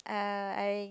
uh I